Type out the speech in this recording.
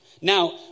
Now